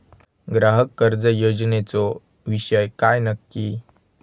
ग्राहक कर्ज योजनेचो विषय काय नक्की?